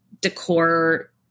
decor